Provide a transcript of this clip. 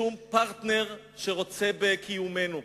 שום פרטנר שרוצה בקיומנו,